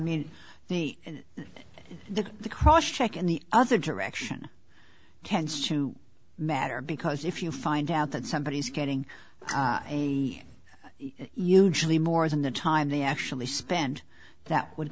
the the the cross check in the other direction tends to matter because if you find out that somebody is getting a usually more than the time they actually spend that would